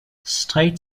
strait